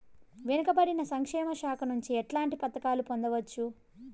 వెనుక పడిన సంక్షేమ శాఖ నుంచి ఎట్లాంటి పథకాలు పొందవచ్చు?